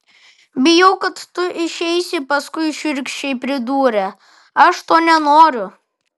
bijau kad tu išeisi paskui šiurkščiai pridūrė aš to nenoriu